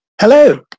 Hello